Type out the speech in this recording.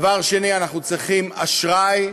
דבר שני, אנחנו צריכים אשראי,